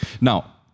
Now